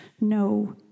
No